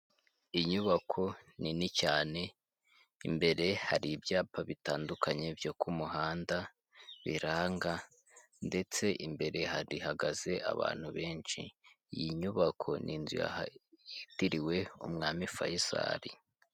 Inyubako nini cyane, imbere hari ibyapa bitandukanye byo ku muhanda biranga ndetse imbere hari hagaze abantu benshi, iyi nyubako ni inzu yitiriwe umwami Faisal.